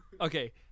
Okay